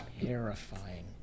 Terrifying